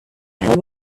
had